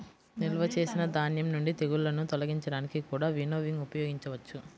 నిల్వ చేసిన ధాన్యం నుండి తెగుళ్ళను తొలగించడానికి కూడా వినోవింగ్ ఉపయోగించవచ్చు